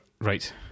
right